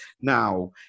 now